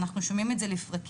אנחנו שומעים את זה לפרקים.